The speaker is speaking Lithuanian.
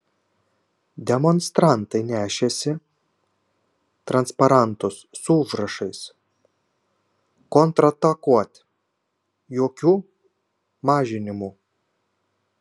demonstrantai nešėsi transparantus su užrašais kontratakuot jokių mažinimų